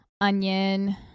onion